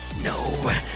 No